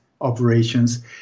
operations